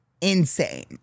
insane